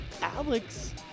Alex